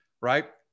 right